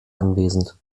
anwesend